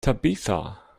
tabitha